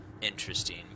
interesting